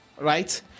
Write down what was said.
right